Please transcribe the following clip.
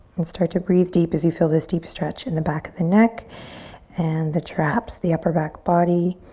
and start to breathe deep as you feel this deep stretch in the back of the neck and the traps, the upper back body.